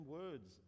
words